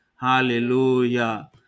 Hallelujah